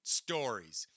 stories